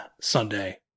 Sunday